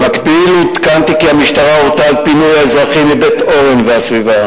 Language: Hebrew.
במקביל עודכנתי כי המשטרה הורתה על פינוי האזרחים מבית-אורן והסביבה